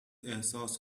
احساس